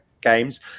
games